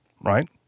right